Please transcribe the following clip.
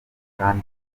kandi